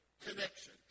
connection